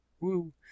Woo